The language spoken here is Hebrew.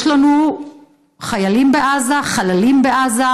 יש לנו חיילים בעזה, חללים בעזה,